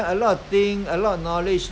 !huh! they know how to speak